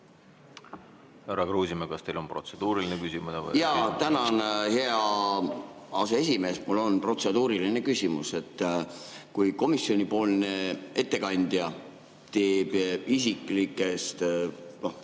Härra Kruusimäe, kas teil on protseduuriline küsimus? Jaa, tänan, hea aseesimees! Mul on protseduuriline küsimus. Kui komisjoni ettekandja teeb isiklikest